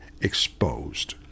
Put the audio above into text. exposed